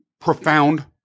profound